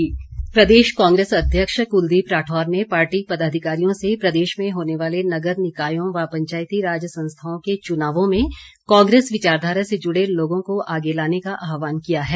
राठौर प्रदेश कांग्रेस अध्यक्ष कुलदीप राठौर ने पार्टी पदाधिकारियों से प्रदेश में होने वाले नगर निकायों व पंचायती राज संस्थाओं के चुनावों में कांग्रेस विचाराधारा से जुड़े लोगों को आगे लाने का आहवान किया है